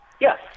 Yes